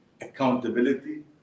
accountability